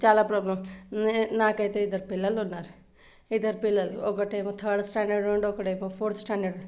చాలా ప్రాబ్లం నాకైతే ఇద్దరు పిల్లలు ఉన్నారు ఇద్దరు పిల్లలు ఒకటేమో థర్డ్ స్టాండర్డ్ ఉన్నాడు రెండో ఒకటేమో ఫోర్త్ స్టాండర్డ్